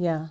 yeah